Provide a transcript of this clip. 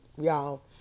y'all